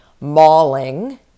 mauling